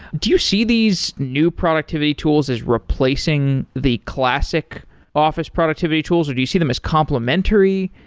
do you see these new productivity tools is replacing the classic office productivity tools, or do you see them as complementary?